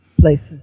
places